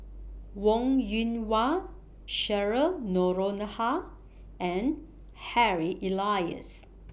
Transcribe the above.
Wong Yoon Wah Cheryl Noronha and Harry Elias